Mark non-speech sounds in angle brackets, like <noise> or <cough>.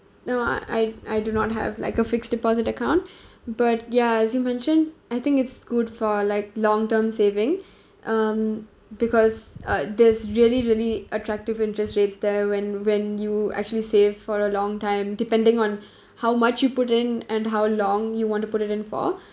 no I I do not have like a fixed deposit account <breath> but ya as you mentioned I think it's good for like long term saving <breath> um because uh there's really really attractive interest rates there when when you actually save for a long time depending on <breath> how much you put in and how long you want to put it in for